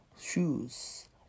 shoes